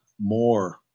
more